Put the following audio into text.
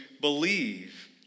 believe